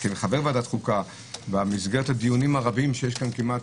כחבר ועדת חוקה במסגרת הדיונים הרבים שיש לה כמעט